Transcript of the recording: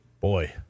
Boy